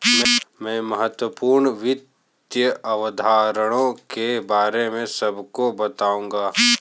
मैं महत्वपूर्ण वित्त अवधारणाओं के बारे में सबको बताऊंगा